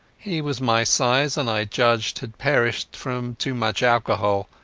he was my size, and i judged had perished from too much alcohol,